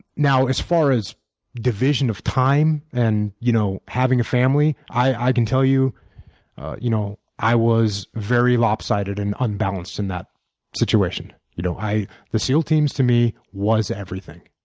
now, as far as division of time and you know having a family, i can tell you you know i was very lopsided and unbalanced in that situation. you know the seal teams to me was everything,